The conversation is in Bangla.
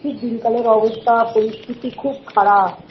খুব দিনকালের অবস্থা পরিস্থিতি খুব খারাপ